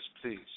please